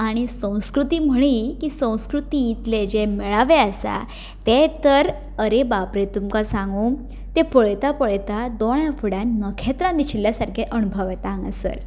आनी संस्कृती म्हळी की संस्कृतींतले जे मेळावे आसात ते तर आरे बापरे तुमकां सागूं ते पळयतां पळयतां दोळ्यां फुड्यान नखेत्रां दिशिल्ल्या सारके अणभव येता हांगासर